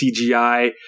CGI